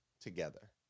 together